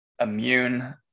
immune